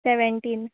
seventeen